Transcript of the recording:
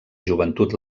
joventut